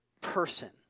person